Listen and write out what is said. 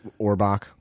Orbach